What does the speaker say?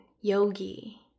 yogi